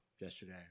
yesterday